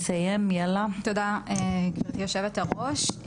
תודה, גבירתי יושבת-הראש.